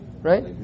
right